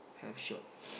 hell shop